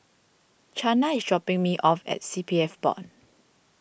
Chana is dropping me off at C P F Board